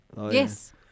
Yes